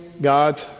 God